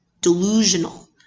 Delusional